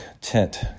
tent